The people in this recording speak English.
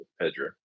Pedro